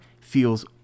feels